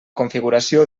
configuració